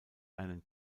einen